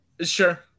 Sure